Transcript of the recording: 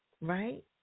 Right